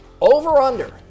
Over-under